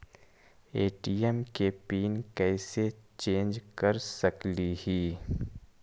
ATM के PIN कैसे change कर सकली ही?